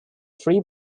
three